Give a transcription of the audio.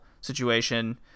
situation